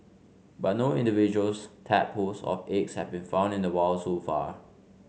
but no individuals tadpoles or eggs have been found in the wild so far